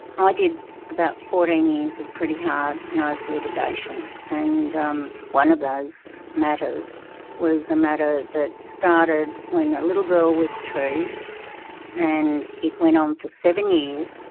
ah i did about fourteen years of pretty hard-nosed litigation. and um one of those matters was a matter that started when a little girl was two and it went on for seven years,